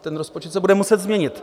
Ten rozpočet se bude muset změnit.